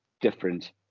different